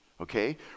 Okay